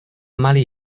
malý